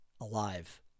alive